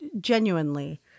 genuinely